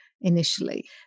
initially